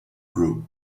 group